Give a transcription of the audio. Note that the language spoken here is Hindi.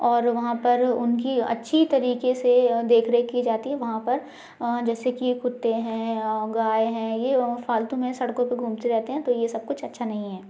और वहाँ पर उनकी अच्छी तरीके से अ देखरेख की जाती है वहाँ पर अ जैसे कि कुत्ते हैं अ गाय हैं ये अ फालतू में सड़कों पर घूमते रहते हैं तो ये सब कुछ अच्छा नहीं है